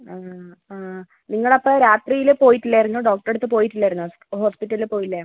ആ ആ നിങ്ങൾ അപ്പം രാത്രിയിൽ പോയിട്ടില്ലായിരുന്നു ഡോക്ടറെ അടുത്ത് പോയിട്ടില്ലായിരുന്നോ ഹോസ്പിറ്റലിൽ പോയില്ലേ